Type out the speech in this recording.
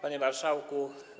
Panie Marszałku!